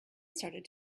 started